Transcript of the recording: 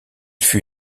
fut